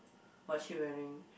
what she wearing